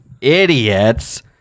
idiots